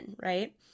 right